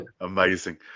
amazing